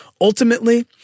Ultimately